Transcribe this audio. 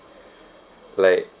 like